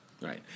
right